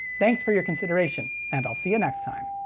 thanks for your consideration, and i'll see you next time!